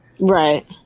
Right